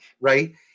Right